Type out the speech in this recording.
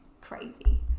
crazy